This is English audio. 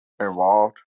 involved